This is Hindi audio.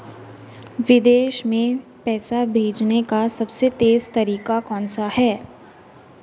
विदेश में पैसा भेजने का सबसे तेज़ तरीका कौनसा है?